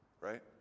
Right